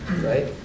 Right